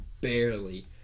Barely